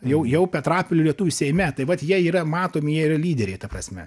jau jau petrapilio lietuvių seime tai vat jie yra matomi jie yra lyderiai ta prasme